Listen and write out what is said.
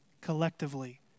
collectively